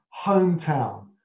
hometown